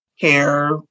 hair